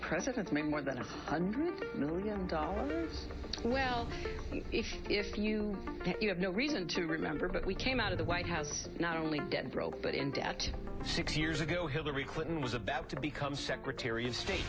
president made more than a hundred million dollars well if you can't you have no reason to remember that we came out of the white house not only dead broke but in debt six years ago hillary clinton was about to become secretary of state